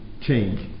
change